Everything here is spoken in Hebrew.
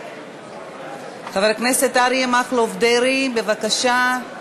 חבר הכנסת אריה מכלוף דרעי, בבקשה.